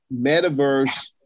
metaverse